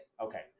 Okay